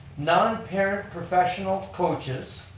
non parent professional coaches,